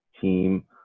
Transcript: team